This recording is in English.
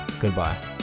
Goodbye